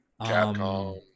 Capcom